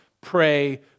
Pray